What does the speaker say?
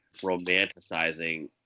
romanticizing